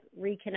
reconnect